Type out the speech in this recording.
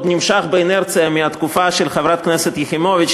והוא עוד נמשך באינרציה מהתקופה של חברת הכנסת יחימוביץ,